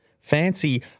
fancy